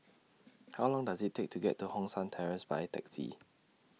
How Long Does IT Take to get to Hong San Terrace By Taxi